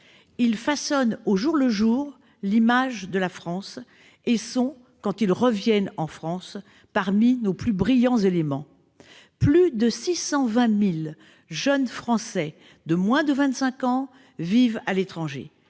Ils façonnent au jour le jour l'image de la France et sont, quand ils reviennent dans notre pays, parmi nos plus brillants éléments. Plus de 620 000 jeunes Français de moins de 25 ans vivent à l'étranger